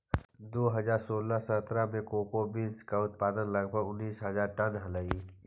दो हज़ार सोलह सत्रह में कोको बींस का उत्पादन लगभग उनीस हज़ार टन हलइ